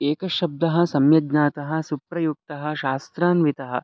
एकशब्दः सम्यग्ज्ञातः सुप्रयुक्तः शास्त्रान्वितः